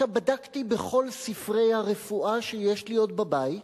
בדקתי בכל ספרי הרפואה שיש לי עוד בבית.